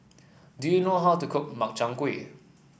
do you know how to cook Makchang Gui